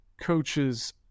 coaches